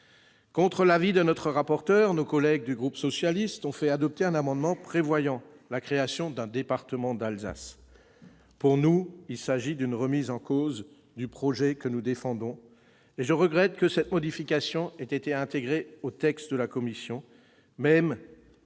Contre l'avis du rapporteur, nos collègues du groupe socialiste et républicain ont fait adopter un amendement prévoyant la création d'un « département d'Alsace ». Pour nous, il s'agit d'une remise en cause du projet que nous défendons. Je regrette que cette modification ait été intégrée au texte de la commission, même si je suis